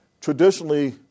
traditionally